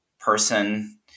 person